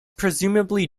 presumably